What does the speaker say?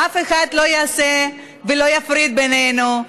אף אחד לא יעשה ולא יפריד בינינו.